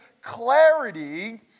clarity